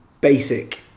basic